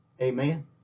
Amen